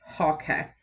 okay